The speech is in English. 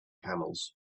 camels